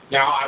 Now